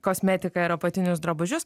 kosmetiką ir apatinius drabužius